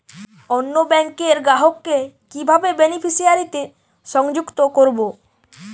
অন্য ব্যাংক র গ্রাহক কে কিভাবে বেনিফিসিয়ারি তে সংযুক্ত করবো?